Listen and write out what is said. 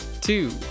two